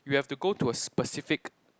you have to go to a specific